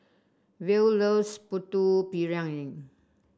Verl loves Putu Piring